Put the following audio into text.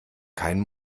kein